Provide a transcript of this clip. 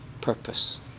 purpose